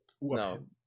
no